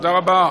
תודה רבה.